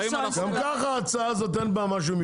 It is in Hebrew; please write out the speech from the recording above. גם כך בהצעה הזאת אין בה משהו מיוחד.